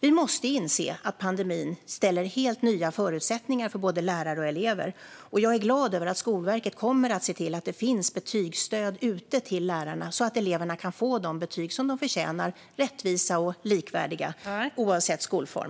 Vi måste inse att pandemin skapar helt nya förutsättningar för både lärare och elever, och jag är glad över att Skolverket kommer att se till att det finns betygsstöd ute till lärarna så att eleverna kan få de betyg som de förtjänar - rättvisa och likvärdiga - oavsett skolform.